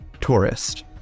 tourist